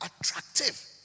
attractive